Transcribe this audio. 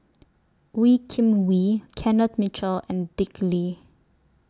Wee Kim Wee Kenneth Mitchell and Dick Lee